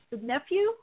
nephew